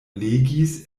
legis